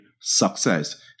success